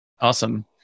Awesome